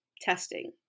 testing